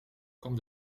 kwam